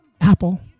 Apple